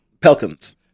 Pelicans